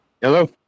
Hello